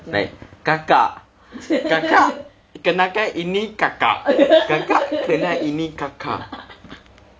like kakak kakak kenalkan ini kakak kenal ini kakak